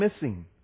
missing